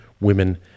women